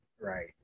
Right